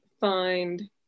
find